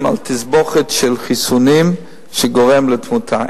על תסבוכת של חיסונים שגורמת לתמותה.